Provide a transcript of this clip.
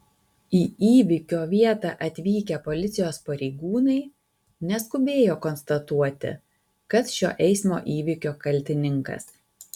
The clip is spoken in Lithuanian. į įvykio vietą atvykę policijos pareigūnai neskubėjo konstatuoti kas šio eismo įvykio kaltininkas